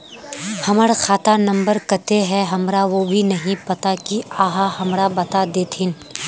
हमर खाता नम्बर केते है हमरा वो भी नहीं पता की आहाँ हमरा बता देतहिन?